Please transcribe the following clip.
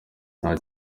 nta